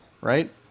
right